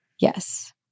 Yes